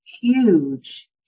huge